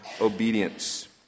obedience